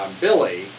Billy